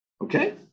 Okay